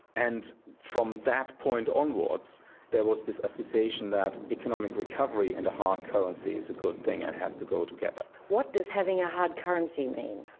and from that point onwards there was this association that economic recovery and a hard currency is a good thing and has to go together. what does having a hard currency mean?